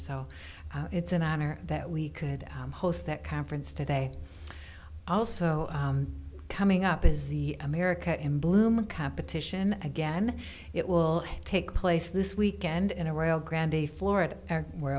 so it's an honor that we could host that conference today also coming up is the america in bloom competition again it will take place this weekend in a row grandy florida where